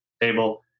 table